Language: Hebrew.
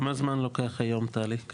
כמה זמן לוקח היום תהליך כזה?